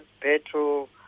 petrol